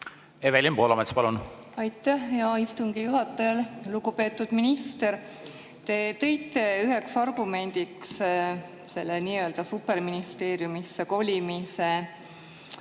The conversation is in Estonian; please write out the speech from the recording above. Evelin Poolamets, palun! Aitäh, hea istungi juhataja! Lugupeetud minister! Te tõite üheks argumendiks, selle nii-öelda superministeeriumisse kolimise põhjuseks,